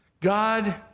God